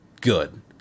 good